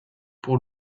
pour